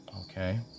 Okay